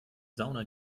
sauna